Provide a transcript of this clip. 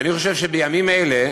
אני חושב שבימים אלה,